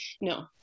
no